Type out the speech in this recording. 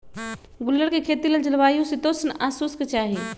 गुल्लर कें खेती लेल जलवायु शीतोष्ण आ शुष्क चाहि